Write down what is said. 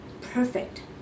perfect